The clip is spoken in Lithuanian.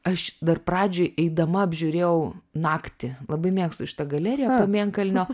aš dar pradžioj eidama apžiūrėjau naktį labai mėgstu šitą galeriją pamėnkalnio